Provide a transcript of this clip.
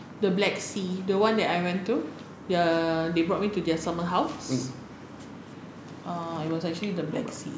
the black sea the one that I went to ya they brought me to their summer house oh it was actually the black sea